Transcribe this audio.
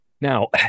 now